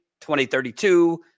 2032